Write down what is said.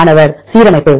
மாணவர் சீரமைப்பு